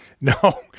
No